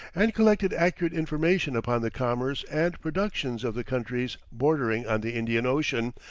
and collected accurate information upon the commerce and productions of the countries bordering on the indian ocean,